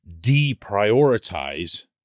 deprioritize